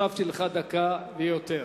הוספתי לך דקה ויותר,